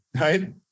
right